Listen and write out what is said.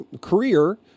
career